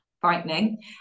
frightening